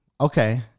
okay